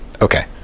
okay